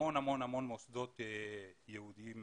המון המון מוסדות יהודיים